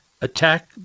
attack